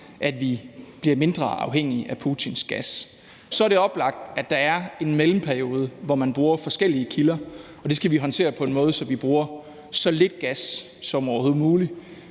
at vi bliver mindre afhængige af Putins gas. Så er det oplagt, at der er en mellemperiode, hvor man bruger forskellige kilder, og det skal vi håndtere på en måde, så vi bruger så lidt gas som overhovedet muligt.